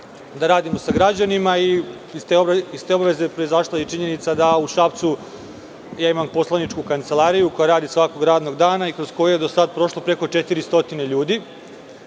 da radimo sa građanima i iz te obaveze proizašla je i činjenica da u Šapcu imam poslaničku kancelariju koja radi svakog radnog dana i kroz koju je do sada prošlo preko 400 ljudi.